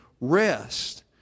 rest